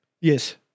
Yes